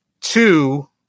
Two